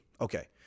Okay